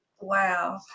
Wow